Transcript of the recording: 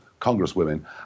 congresswomen